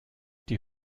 die